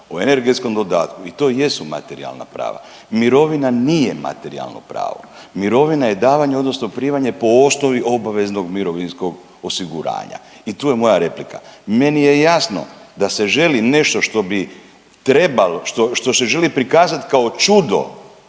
o energetskom dodatku i to jesu materijalna prava, mirovina nije materijalno pravo, mirovina je davanje odnosno primanje po osnovi obaveznog mirovinskog osiguranja i tu je moja replika. Meni je jasno da se želi nešto što bi trebalo, što, što se želi prikazat kao čudo